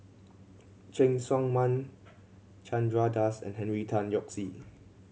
Cheng Tsang Man Chandra Das and Henry Tan Yoke See